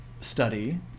study